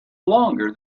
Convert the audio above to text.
longer